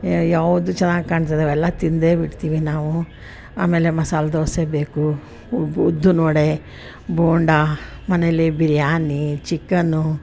ಯಾವುದು ಚೆನ್ನಾಗ್ ಕಾಣ್ತಿದಾವೆ ಅವೆಲ್ಲ ತಿಂದೇ ಬಿಡ್ತೀವಿ ನಾವು ಆಮೇಲೆ ಮಸಾಲೆ ದೋಸೆ ಬೇಕು ಉದ್ ಉದ್ದಿನ ವಡೆ ಬೋಂಡಾ ಮನೆಯಲ್ಲಿ ಬಿರಿಯಾನಿ ಚಿಕನ್ನು